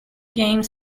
game